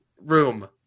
room